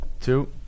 Two